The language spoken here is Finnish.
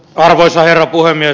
arvoisa herra puhemies